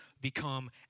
Become